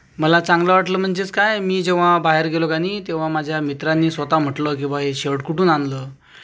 मला चांगलं वाटलं म्हणजेच काय मी जेव्हा बाहेर गेलो का नाही तेव्हा माझ्या मित्रांनी स्वतः म्हटलं की बा हे शर्ट कुठून आणलं